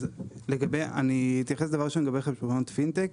אני אתייחס דבר ראשון לגבי חשבונות פינטק.